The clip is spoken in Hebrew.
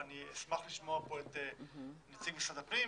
ואני אשמח לשמוע פה את נציג משרד הפנים,